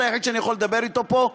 אתה היחיד שאני יכול לדבר אתו פה,